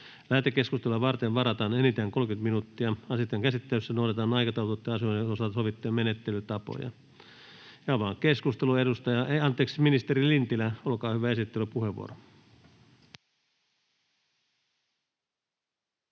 Lähetekeskustelua varten varataan enintään 30 minuuttia. Asian käsittelyssä noudatetaan aikataulutettujen asioiden osalta sovittuja menettelytapoja. — Avaan keskustelun. Edustaja Tynkkynen, olkaa hyvä, esittelypuheenvuoro.